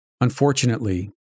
Unfortunately